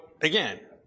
again